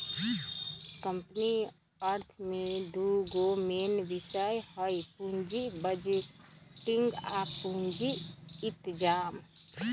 company अर्थ में दूगो मेन विषय हइ पुजी बजटिंग आ पूजी इतजाम